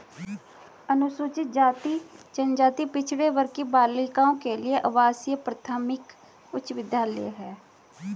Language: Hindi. अनुसूचित जाति जनजाति पिछड़े वर्ग की बालिकाओं के लिए आवासीय प्राथमिक उच्च विद्यालय है